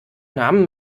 namen